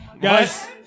guys